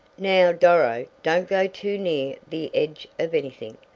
now, doro, don't go too near the edge of anything.